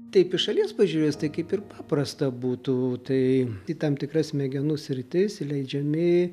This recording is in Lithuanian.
taip iš šalies pažiūrėjus tai kaip ir paprasta būtų tai į tam tikras smegenų sritis įleidžiami